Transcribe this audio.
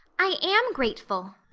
i am grateful,